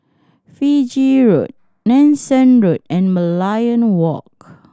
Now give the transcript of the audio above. Fiji Road Nanson Road and Merlion Walk